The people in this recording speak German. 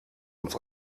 uns